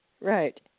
right